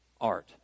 art